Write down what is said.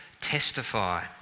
testify